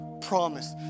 promise